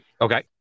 Okay